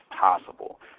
possible